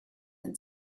and